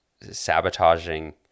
sabotaging